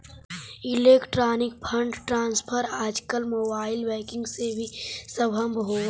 electronic fund transfer आजकल mobile banking से भी संभव हइ